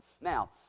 Now